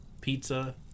Pizza